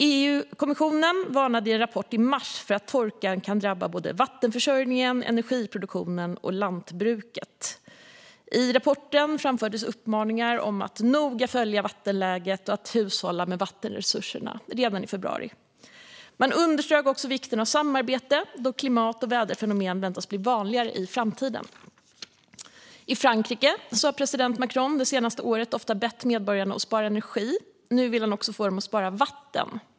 EU-kommissionen varnade i en rapport i mars för att torkan kan drabba vattenförsörjningen, energiproduktionen och lantbruket. I rapporten framfördes uppmaningar om att noga följa vattenläget och att hushålla med vattenresurserna redan i februari. Man underströk också vikten av samarbete, då klimat och väderfenomen väntas bli vanligare i framtiden. I Frankrike har president Macron det senaste året ofta bett medborgarna att spara energi. Nu vill han också få dem att spara vatten.